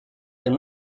ein